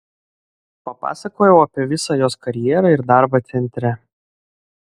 papasakojau apie visą jos karjerą ir darbą centre